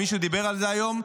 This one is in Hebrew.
מישהו דיבר על זה היום?